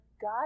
God